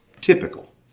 Typical